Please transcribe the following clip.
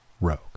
Rogue